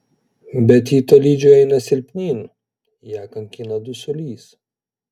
bet ji tolydžio eina silpnyn ją kankina dusulys